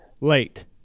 Late